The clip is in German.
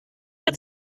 mehr